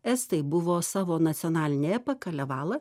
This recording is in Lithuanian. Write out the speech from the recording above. estai buvo savo nacionalinį epą kalevala